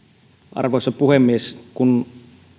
arvoisa puhemies kun